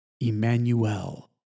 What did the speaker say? Emmanuel